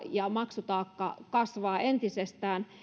ja maksutaakka kasvavat entisestään